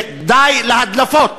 די להדלפות.